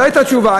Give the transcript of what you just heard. לא הייתה תשובה.